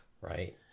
right